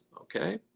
okay